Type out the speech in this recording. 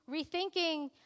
rethinking